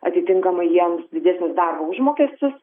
atitinkamai jiems didesnis darbo užmokestis